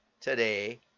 today